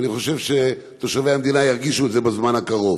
אני חושב שתושבי המדינה ירגישו את זה בזמן הקרוב.